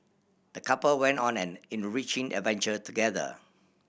the couple went on an enriching adventure together